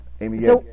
Amy